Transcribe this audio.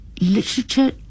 literature